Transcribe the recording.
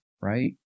right